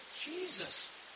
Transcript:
Jesus